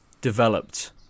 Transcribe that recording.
developed